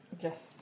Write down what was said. yes